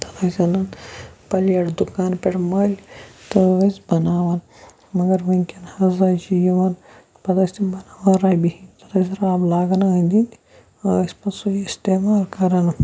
تَتھ ٲسۍ اَنان پَلیٹ دُکانہٕ پٮ۪ٹھ مٔلۍ تہٕ ٲسۍ بَناوان مگر وٕنکیٚن ہَسا چھِ یِوان پَتہٕ ٲسۍ تِم بَناوان رَبہِ ہِنٛدۍ تَتھ ٲسۍ رَب لاگان أنٛدۍ أنٛدۍ ٲسۍ پَتہٕ سُے استعمال کَران